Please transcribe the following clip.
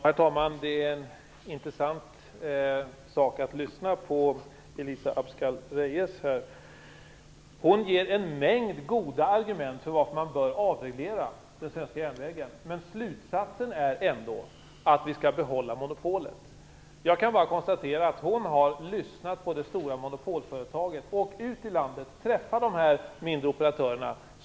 Herr talman! Det är intressant att lyssna på Elisa Abascal Reyes. Hon ger en mängd goda argument för att vi bör avreglera den svenska järnvägen, men slutsatsen är ändå att vi skall behålla monopolet. Jag kan bara konstatera att hon har lyssnat på det stora monopolföretaget. Åk ut i landet och träffa de mindre operatörerna!